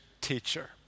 teacher